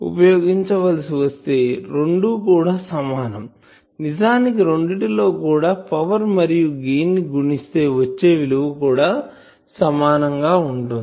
ఉపయోగించవలసి వస్తే రెండు కూడా సమానం నిజానికి రెండిటి లో కూడా పవర్ మరియు గెయిన్ ను గుణిస్తే వచ్చే విలువ కూడా సమానం గా ఉంటుంది